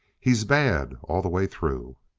he's bad all the way through.